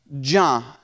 John